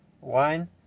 wine